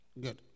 Good